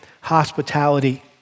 hospitality